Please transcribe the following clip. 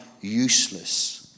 useless